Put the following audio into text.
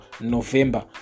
November